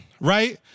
right